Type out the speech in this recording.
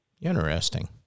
Interesting